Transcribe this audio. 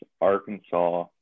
Arkansas